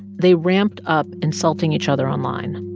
they ramped up insulting each other online,